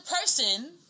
person